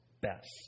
best